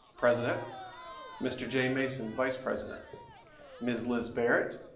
president mr. jay mason, vice president ms. liz barrett,